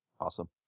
Awesome